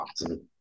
Awesome